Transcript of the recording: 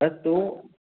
अस्तु